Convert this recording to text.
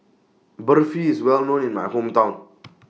Barfi IS Well known in My Hometown